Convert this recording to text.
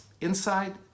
inside